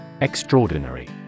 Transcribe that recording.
Extraordinary